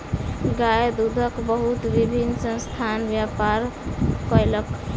गाय दूधक बहुत विभिन्न संस्थान व्यापार कयलक